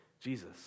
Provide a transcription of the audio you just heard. Jesus